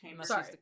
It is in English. sorry